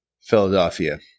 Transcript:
Philadelphia